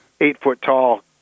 eight-foot-tall